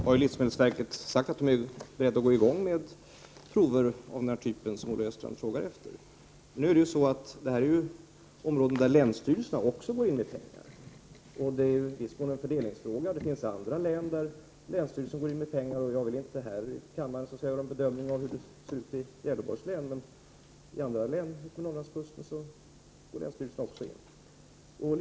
Herr talman! Som jag redan tidigare har sagt, har livsmedelsverket angett att det är berett att sätta i gång med prover av den typ som Olle Östrand frågar efter. Det rör sig här om områden där också länsstyrelserna går in med pengar. Det är i viss mån en fördelningsfråga. Jag vill inte här i kammaren göra en bedömning av hur det ser ut i Gävleborgs län, men i andra län vid Norrlandskusten går också länsstyrelserna in med pengar.